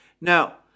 Now